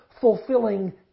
fulfilling